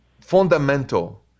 fundamental